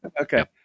okay